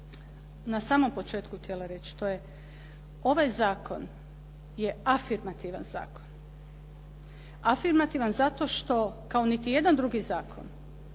na samom početku htjela reći to je, ovaj zakon je afirmativan zakon. Afirmativan zato što, kao niti jedan drugi zakon,